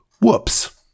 Whoops